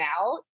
out